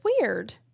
weird